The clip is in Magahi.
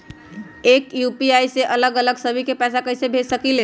एक यू.पी.आई से अलग अलग सभी के पैसा कईसे भेज सकीले?